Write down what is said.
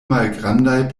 malgrandaj